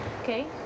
Okay